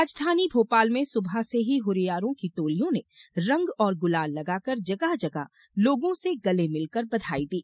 राजधानी भोपाल में सुबह से ही हुरियारों की टोलियो ने रंग और गुलाल लगाकर जगह जगह लोगों से गले मिल कर बधाई दी